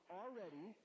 already